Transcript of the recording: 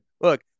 Look